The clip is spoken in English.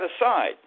aside